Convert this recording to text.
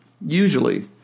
Usually